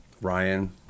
Ryan